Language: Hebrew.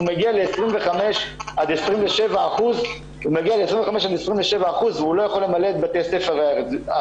הוא מגיע ל-25%-27% והוא לא יכול למלא את בתי הספר בארץ.